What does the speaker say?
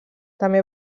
també